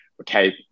okay